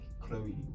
chloe